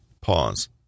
Pause